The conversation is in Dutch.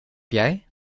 jij